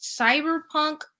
cyberpunk